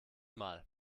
mal